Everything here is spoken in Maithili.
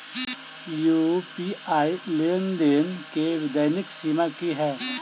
यु.पी.आई लेनदेन केँ दैनिक सीमा की है?